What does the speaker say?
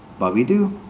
but we do.